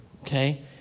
okay